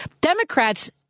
Democrats